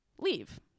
leave